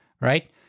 right